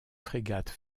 frégates